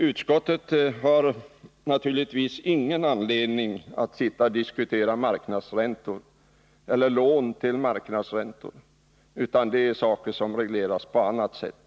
Utskottet har naturligtvis ingen anledning att diskutera lån till marknadsräntor — det är saker som regleras på annat sätt.